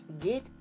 Get